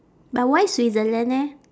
but why switzerland eh